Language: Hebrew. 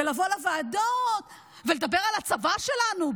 לבוא לוועדות ולדבר על הצבא שלנו.